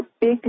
big